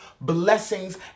blessings